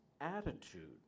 attitude